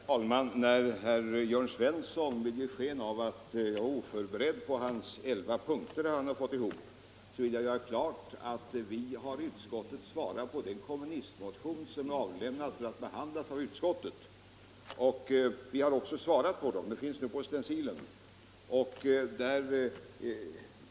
Herr talman! Eftersom herr Jörn Svensson ville ge sken av att jag var oförberedd när det gällde de elva punkter han sammanställt vill jag göra klart att vi i utskottet svarat på den kommunistmotion som överlämnats till utskottet för behandling.